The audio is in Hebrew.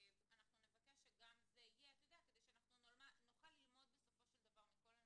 אנחנו נבקש שגם זה יהיה כדי שנוכל ללמוד בסופו של דבר מכל הנתונים.